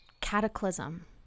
cataclysm